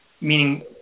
meaning